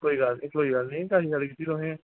कोई गल्ल निं कोई गल्ल निं चंगी गल्ल कीती तुसें